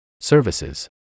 Services